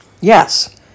Yes